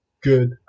good